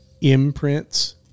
imprints